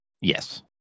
Yes